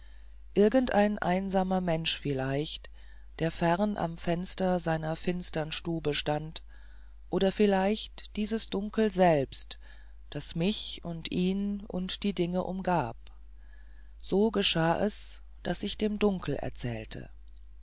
ein einsamer mensch vielleicht der fern am fenster seiner finstern stube stand oder vielleicht dieses dunkel selbst das mich und ihn und die dinge umgab so geschah es daß ich dem dunkel erzählte